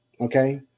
okay